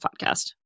podcast